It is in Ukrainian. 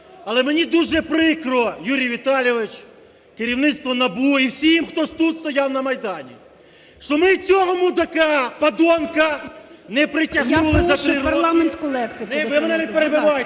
Але мені дуже прикро, Юрій Віталійович, керівництво НАБУ і всім, хто тут стояв на Майдані, що ми цього мудака, подонка не притягнули… ГОЛОВУЮЧИЙ. Я прошу парламент парламентську лексику… ГУЗЬ І.В. Не перебивайте,